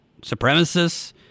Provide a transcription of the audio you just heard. supremacists